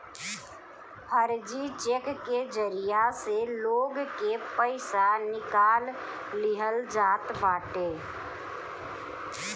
फर्जी चेक के जरिया से लोग के पईसा निकाल लिहल जात बाटे